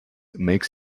makes